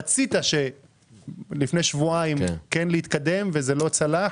רצית שלפני שבועיים זה כן יתקדם וזה לא צלח,